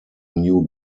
new